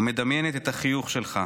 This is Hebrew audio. ומדמיינת את החיוך שלך,